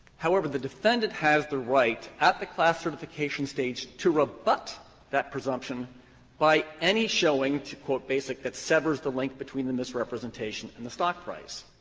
however, the defendant has the right at the class certification stage to rebut that presumption by any showing, to quote basic, that severs the length between the misrepresentation and the stock price.